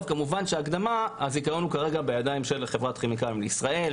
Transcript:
בעלת הזיכיון היום היא חברת כימיקלים לישראל,